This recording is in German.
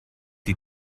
die